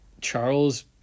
Charles